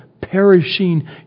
perishing